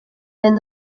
bin